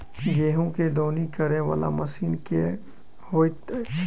गेंहूँ केँ दौनी करै वला मशीन केँ होइत अछि?